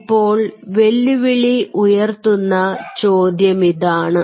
ഇപ്പോൾ വെല്ലുവിളി ഉയർത്തുന്ന ചോദ്യമിതാണ്